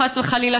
חס וחלילה,